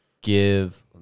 give